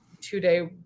two-day